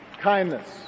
kindness